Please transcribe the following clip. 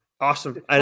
Awesome